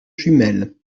jumelles